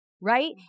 right